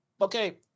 Okay